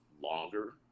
longer